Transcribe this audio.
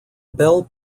bell